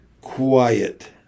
quiet